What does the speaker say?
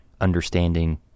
understanding